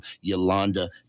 yolanda